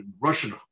Russian